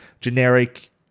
Generic